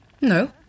No